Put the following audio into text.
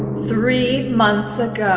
three months ago.